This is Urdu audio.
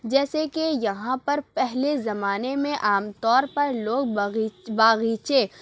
جیسے کہ یہاں پر پہلے زمانے میں عام طور پر لوگ باغیچے